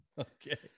Okay